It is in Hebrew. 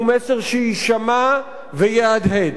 הוא מסר שיישמע ויהדהד,